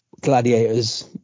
Gladiators